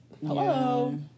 hello